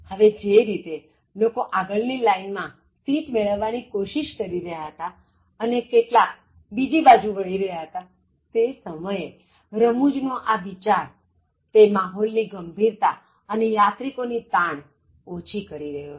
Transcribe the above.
હવે જે રીતે લોકો આગળની લાઇનમાં સિટ મેળવવા ની કોશિષ કરી રહ્યા હતા અને કેટલાક બીજી બાજુ વળી રહ્યા હતા તે સમયે રમૂજનો આ વિચાર તે માહોલ ની ગંભીરતા અને યાત્રિકોની તાણ ઓછી કરી રહ્યો હતો